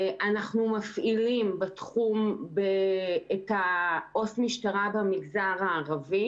אנחנו מפעילים את עו"ס המשטרה במגזר הערבי.